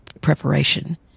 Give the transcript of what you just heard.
preparation